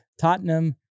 Tottenham